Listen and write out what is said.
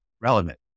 relevant